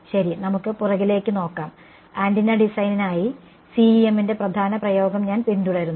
ശരി നമുക്ക് പുറകിലേക്ക് നോക്കാം ആന്റിന ഡിസൈനിനായി CEM ന്റെ പ്രധാന പ്രയോഗം ഞാൻ പിന്തുടരുന്നു